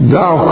Thou